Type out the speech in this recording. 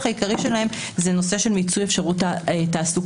העיקרי שלהם זה נושא של מיצוי אפשרות התעסוקה.